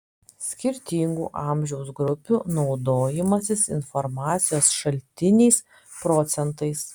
skirtingų amžiaus grupių naudojimasis informacijos šaltiniais procentais